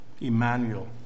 Emmanuel